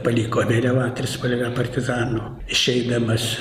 paliko vėliavą trispalvę partizano išeidamas